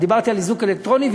דיברתי על איזוק אלקטרוני,